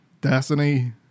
Destiny